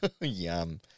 Yum